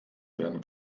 werden